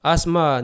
Asma